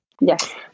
Yes